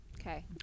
Okay